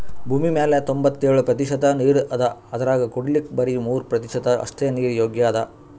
ಭೂಮಿಮ್ಯಾಲ್ ತೊಂಬತ್ತೆಳ್ ಪ್ರತಿಷತ್ ನೀರ್ ಅದಾ ಅದ್ರಾಗ ಕುಡಿಲಿಕ್ಕ್ ಬರಿ ಮೂರ್ ಪ್ರತಿಷತ್ ಅಷ್ಟೆ ನೀರ್ ಯೋಗ್ಯ್ ಅದಾ